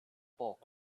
bulk